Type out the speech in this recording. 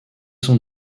son